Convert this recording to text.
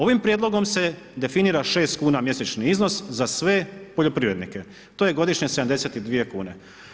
Ovim prijedlogom se definira 6 kuna mjesečni iznos za sve poljoprivrednike, to je godišnje 72 kune.